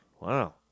Wow